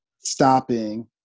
stopping